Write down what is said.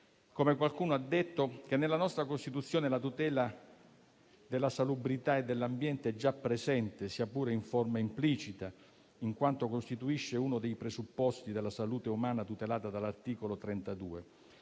come qualcuno ha detto, che nella nostra Costituzione la tutela della salubrità e dell'ambiente è già presente, sia pure in forma implicita, in quanto costituisce uno dei presupposti della salute umana tutelata dall'articolo 32;